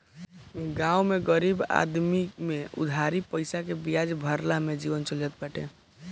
गांव में गरीब आदमी में उधारी पईसा के बियाजे भरला में जीवन चल जात बाटे